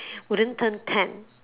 wouldn't turn tan